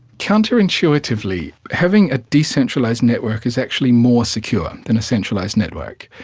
counterintuitively, having a decentralised network is actually more secure than a centralised network.